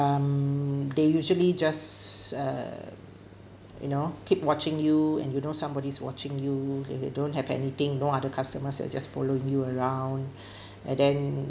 um they usually just a you know keep watching you and you know somebody's watching you if you don't have anything no other customers they just following you around and then